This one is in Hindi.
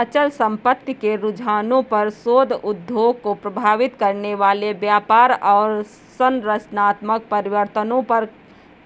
अचल संपत्ति के रुझानों पर शोध उद्योग को प्रभावित करने वाले व्यापार और संरचनात्मक परिवर्तनों पर